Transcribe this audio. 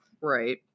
Right